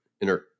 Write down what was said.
inner